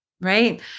Right